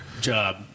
job